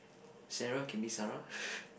Sarah can be Sarah